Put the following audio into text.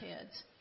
kids